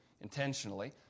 intentionally